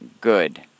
good